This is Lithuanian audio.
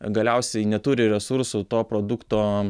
galiausiai neturi resursų to produkto